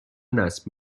نصب